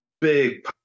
big